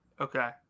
Okay